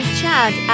chad